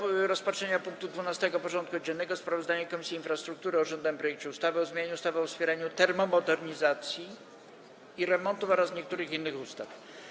Powracamy do rozpatrzenia punktu 12. porządku dziennego: Sprawozdanie Komisji Infrastruktury o rządowym projekcie ustawy o zmianie ustawy o wspieraniu termomodernizacji i remontów oraz niektórych innych ustaw.